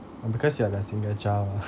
because you are single child